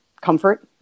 comfort